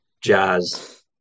jazz